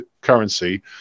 currency